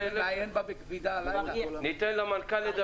לעיין בה בקפידה --- כבר עיינו בה.